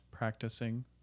Practicing